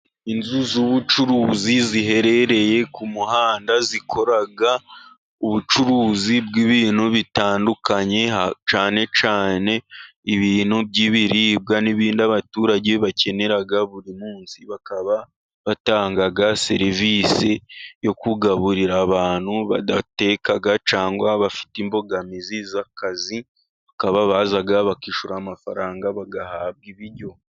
inzu zubucuruzi ziherereye ku muhanda, zikora ubucuruzi bw'ibintu bitandukanye cyan cyane ibintu by'ibiribwa n'ibindi abaturage bakenera buri munsi. Bakaba batanga serivisi yo kugaburira abantu badateka, cyangwa bafite imbogamizi z'akazi bakaba baza bakishyura amafaranga bagahabwa ibiryo.